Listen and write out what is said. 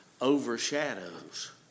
overshadows